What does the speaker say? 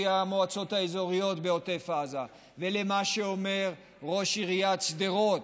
המועצות האזוריות בעוטף עזה ולמה שאומר ראש עיריית שדרות,